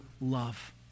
love